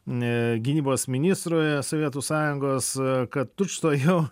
e gynybos ministrui sovietų sąjungos kad tučtuojau